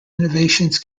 renovations